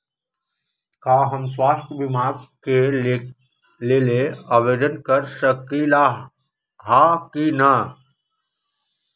का हम स्वास्थ्य बीमा के लेल आवेदन कर सकली ह की न?